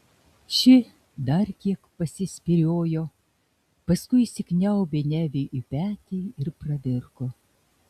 ši dar kiek pasispyriojo paskui įsikniaubė neviui į petį ir pravirko